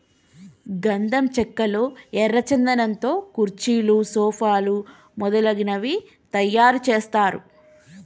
గంధం చెక్కల్లో ఎర్ర చందనం తో కుర్చీలు సోఫాలు మొదలగునవి తయారు చేస్తారు